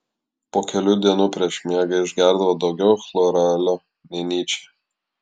po kelių dienų prieš miegą išgerdavo daugiau chloralio nei nyčė